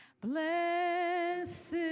blessed